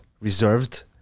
reserved